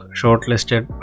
shortlisted